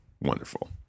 Wonderful